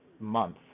month